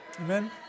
Amen